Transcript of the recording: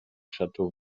château